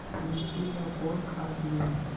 लीची मैं कौन खाद दिए?